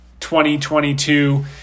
2022